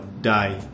die